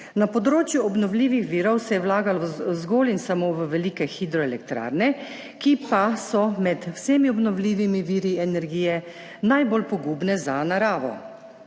Na področju obnovljivih virov se je vlagalo zgolj in samo v velike hidroelektrarne, ki pa so med vsemi obnovljivimi viri energije najbolj pogubne za naravo.